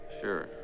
Sure